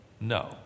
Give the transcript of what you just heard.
No